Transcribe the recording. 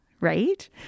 right